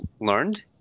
learned